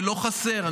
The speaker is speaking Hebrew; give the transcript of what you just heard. ולא חסר,